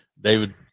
David